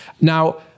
Now